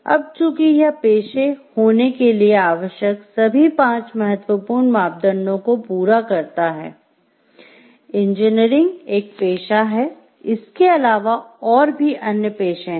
अब चूंकि यह अब पेशे होने के लिए आवश्यक सभी पांच महत्वपूर्ण मापदंडों को पूरा करता है इंजीनियरिंग एक पेशा है इसके अलावा और भी अन्य पेशे हैं